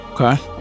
okay